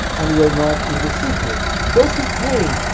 and were not in the secret. thus he came,